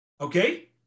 Okay